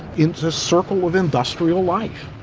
it's a circle of industrial life.